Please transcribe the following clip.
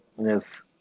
Yes